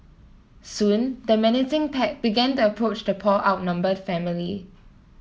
soon the menacing pack began to approach the poor outnumbered family